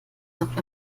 doch